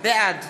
בעד